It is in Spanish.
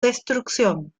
destrucción